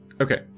Okay